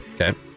Okay